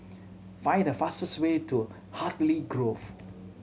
find the fastest way to Hartley Grove